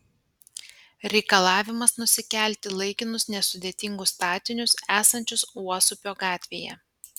reikalavimas nusikelti laikinus nesudėtingus statinius esančius uosupio gatvėje